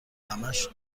همش